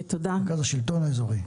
מרכז השלטון האזורי.